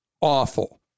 awful